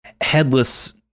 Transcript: headless